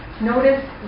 Notice